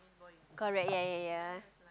correct ya ya ya